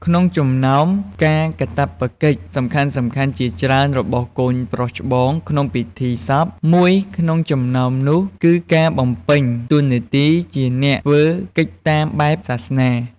ក្នុងចំណោមការកាតព្វកិច្ចសំខាន់ៗជាច្រើនរបស់កូនប្រុសច្បងក្នុងពិធីបុណ្យសព មួយក្នុងចំណោមនោះគឺការបំពេញតួនាទីជាអ្នកធ្វើកិច្ចតាមបែបសាសនា។